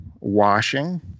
washing